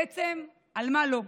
בעצם, על מה לא.